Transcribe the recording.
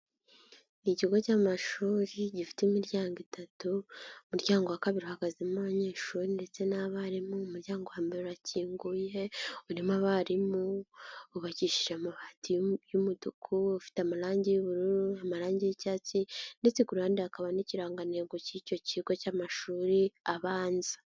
Ni ikigo cy'amashuri gifite imiryango itatu, umuryango wa kabiri uhagazemo abanyeshuri ndetse n'abarimu, umuryango wa mbere urakinguye, urimo abarimu, wubakishije amabati y'umutuku, ufite amarangi y'ubururu, amarangi y'icyatsi ndetse ku ruhande hakaba n'ikirangantego cy'icyo kigo cy'amashuri abanza.